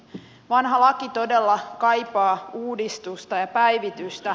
vanha laki todella kaipaa uudistusta ja päivitystä